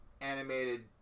animated